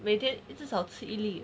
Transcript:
每天至少吃一粒